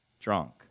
drunk